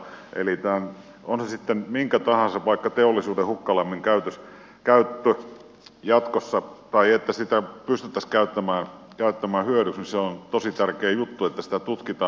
eli on se jatkossa sitten mikä tahansa vaikka se että teollisuuden hukkalämpöä pystyttäisiin käyttämään hyödyksi niin on tosi tärkeä juttu että sitä tutkitaan